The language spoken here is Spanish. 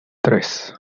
tres